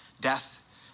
Death